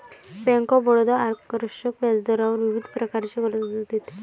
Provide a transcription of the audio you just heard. bank of Baroda आकर्षक व्याजदरावर विविध प्रकारचे कर्ज देते